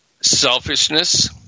selfishness